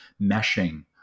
meshing